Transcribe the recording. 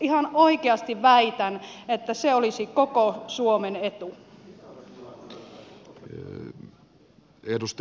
ihan oikeasti väitän että se olisi koko suomen etu